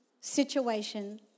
situation